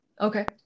Okay